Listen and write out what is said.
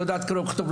לא יודעת קרוא וכתוב,